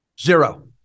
Zero